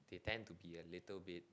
they tend to be a little bit